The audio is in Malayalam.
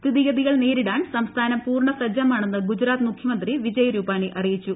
സ്ഥിതിഗതികൾ നേരിടാൻ സംസ്ഥാനം പൂർണ്ണ സജ്ജമാണെന്ന് ഗുജറാത്ത് മുഖ്യമന്ത്രി വിജയ് രൂപാണി അറിയിച്ചു